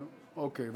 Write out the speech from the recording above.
אוקיי.